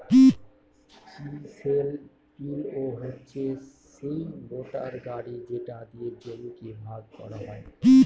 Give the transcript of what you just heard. chisel পিলও হচ্ছে সিই মোটর গাড়ি যেটা দিয়ে জমিকে ভাগ করা হয়